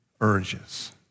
urges